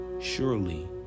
Surely